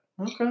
Okay